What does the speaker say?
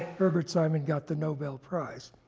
herbert simon got the nobel prize?